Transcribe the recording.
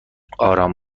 آرام